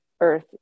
earth